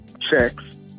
checks